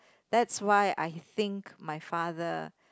that's why I think my father